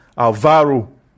Alvaro